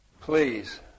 please